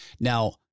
Now